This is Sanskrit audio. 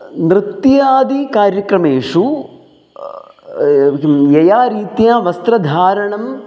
नृत्यादि कार्यक्रमेषु किं यया रीत्या वस्त्रधारणम्